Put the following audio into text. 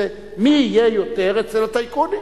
זה מי יהיה יותר אצל הטייקונים.